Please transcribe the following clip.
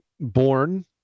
born